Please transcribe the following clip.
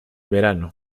verano